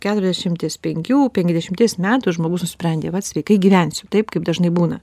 keturiasdešimties penkių penkiasdešimties metų žmogus nusprendė vat sveikai gyvensiu taip kaip dažnai būna